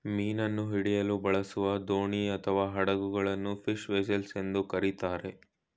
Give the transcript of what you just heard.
ಮೀನನ್ನು ಹಿಡಿಯಲು ಬಳಸುವ ದೋಣಿ ಅಥವಾ ಹಡಗುಗಳನ್ನು ಫಿಶ್ ವೆಸೆಲ್ಸ್ ಎಂದು ಕರಿತಾರೆ